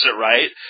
right